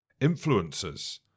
influencers